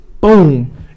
boom